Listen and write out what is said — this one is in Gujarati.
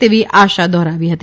તેવી આશા દોહરાવી હતી